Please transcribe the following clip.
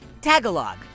Tagalog